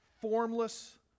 formless